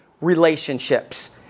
relationships